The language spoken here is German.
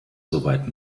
soweit